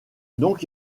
donc